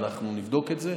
אנחנו נבדוק את זה.